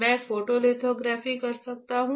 मैं फोटोलिथोग्राफी कर सकता हूं